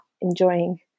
enjoying